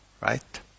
right